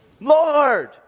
Lord